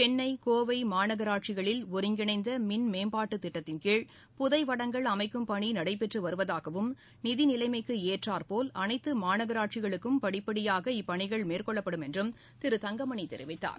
சென்னை கோவை மாநகராட்சிகளில் ஒருங்கிணைந்த மின் மேம்பாட்டு திட்டத்தின்கீழ் புதை வடங்கள் அமைக்கும் பணி நடைபெற்று வருவதாகவும் நிதி நிலைமைக்கு ஏற்றாற்போல் அனைத்து மாநகராட்சிகளுக்கும் படிப்படியாக இப்பணிகள் மேற்கொள்ளப்படும் என்றும் திரு தங்கமணி தெரிவித்தார்